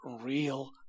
real